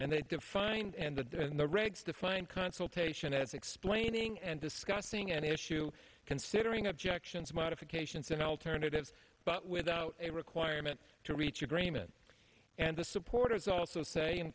and they defined and the regs define consultation as explaining and discussing any issue considering objections modifications and alternatives but without a requirement to reach agreement and the supporters also say